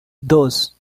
dos